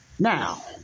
Now